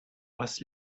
was